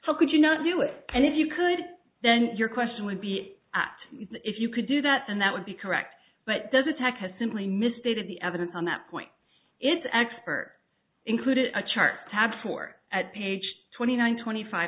how could you not do it and if you could then your question would be act if you could do that and that would be correct but does attack has simply misstated the evidence on that point its expert included a chart tab for at page twenty one twenty five